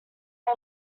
are